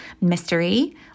mystery